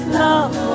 love